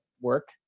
work